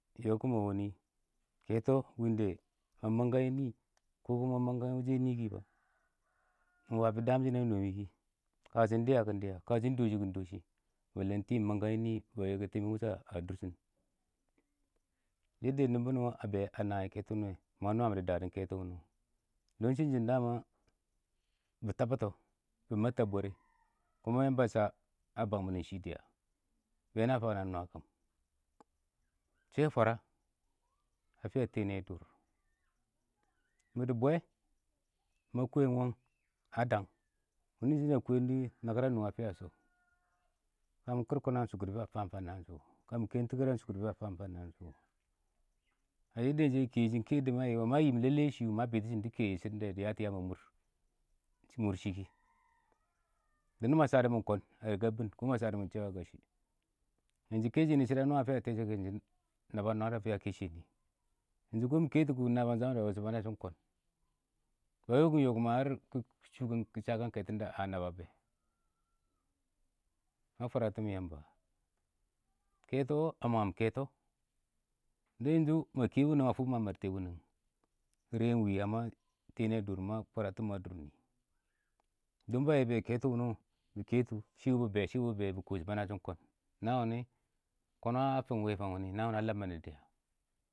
﻿yɔ kɪ ma wa nɪ kɛtɔ wɪ ɪng dɛ ma mangkan yɛ nɪ,kɔ kuma mang ka shɪ yɛ nɪ kɪ, ɪng wa fɪ daam shɪn a nɔ mɪ kɪ kashɪn dɪya kɔ ɪng dɪya, kashɪn dɔshɪn kʊ ɪng dɔshɪ ɪng dɔshɪ, ɪng tii, ɪng mangkang yɛ nɪ, ba yɪkɛ tɪmɪn wʊshɔ a dʊrshɪn, nɪmbɪ nɛ a bɛ a nayɛ kɛtɔ wʊnɪ wɛ, ma nwaam dɪ kɛtɔ wʊnɪ wɔ. dɔn shɪnshɪn bɪ tabʊtɔ, bɪ mabta a bwɛrɛ, Yamba a sha a bang mɪnɛ yɛ shɪ dɪya, bɛ na fa na nwakang, shɛ fwara a fɪya tɛɛnɪyɛ dʊr, mɪ dɪ bwɛ, ma kwɛm wangɪn a dang, wɪ nɪ shɪ na sha kwɛɛn dʊ wɪ, nakɪr a nɔ a fɪya shɔ. Ka mɪ kɪr kɔn na, ɪng shɔ kɪdɪ bɛ ba fafam naan shʊ wɔ, ka mɪ kɛ ɪng tɪkɪr a, ɪng shɔ kɪdɪ bɛ ba fafam naan shʊ wɔ, a ɪng shɪ a kɛ yɪ shɪ, ma yɪm lɛlɛ yɛ shɪ wʊ ma bɪtɪshɪm dɪ kɛ yɪ shɪ dɔn da dɪ yatɔ yaam a mʊrshɪ kɪ, wɪ nɪ, ma shadɔ mɪn kɔn, a rɪka a bɪn, yɛnshʊ kɛshɛ nɪ shɪdɔ a nwaa fɪya tɛshɛ kɛ ɪng shɪdɔ na ba nwaadɔ a fɪya kɛshɛ nɪ, kʊ nabɪyang shamanɪ ba yɔ shɪ ba na shɪn kɔn ba yɔkɪn yɔ ngar kɪ shakang kɛtɔn da a naba bɛ, ma fwaratɪmɪn Yamba kɛtɔ a mangɪm kɛtɔ, dɪ ma kɛ wunəng ma fʊ ma maddʊtɛ wunəng rɪyɛ ɪng nɪ tɪ nɪdʊr, ma fwaratɪmɪn, tʊn ba yɛbʊ yɛ wɛ kɛtɔn wʊnɪ wɔ, bɪ kɛtʊ shɪ wɪ bɪ bɛ, shɪ wɪ bɪ bɛ, bɪ kɔ shɪ bana ɪng kɔn, naan wʊnɪ bana fɪb ɪng wɛ fang, naan wɪnɪ a lam mɪnɛ dɪya.